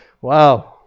Wow